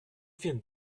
viennent